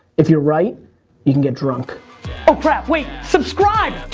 if you're right you can get drunk. oh crap, wait. subscribe.